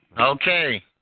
Okay